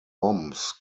bombs